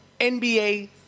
NBA